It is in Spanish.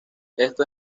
esto